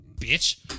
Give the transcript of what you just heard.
Bitch